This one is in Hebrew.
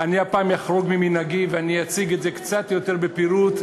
אני הפעם אחרוג ממנהגי ואני אציג את זה קצת יותר בפירוט,